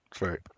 right